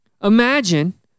Imagine